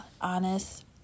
honest